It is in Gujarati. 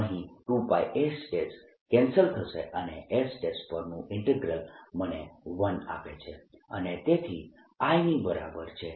અહીં 2πs કેન્સલ થશે અને s પરનું ઈન્ટીગ્રલ મને 1 આપે છે અને તેથી આ I ની બરાબર છે